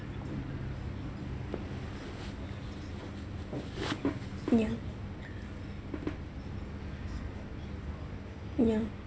ya ya